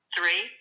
Three